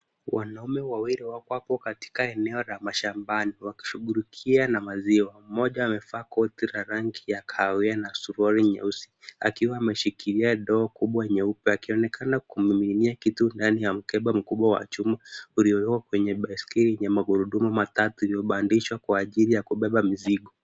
Wanaume wawili wako katika eneo la mashambani wakishughulikia na maziwa, mmoja amevaa koti la rangi ya kahawia na suruali nyeusi, akiwa ameshikilia ndoo kubwa nyeupe, akionekana kumiminia kitu ndani ya mkebe mkubwa wa chuma uliowekwa kwenye baiskeli ya magurudumu matatu iliyopandishwa kwa ajili ya kubeba mizigo.